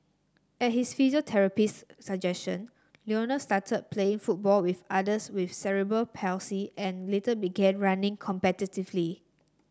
at his physiotherapist suggestion Lionel started play football with others with cerebral palsy and later began running competitively